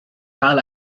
cael